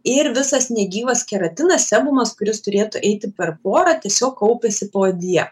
ir visas negyvas keratinas sebumas kuris turėtų eiti per porą tiesiog kaupiasi poodyje